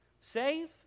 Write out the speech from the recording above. save